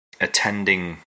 attending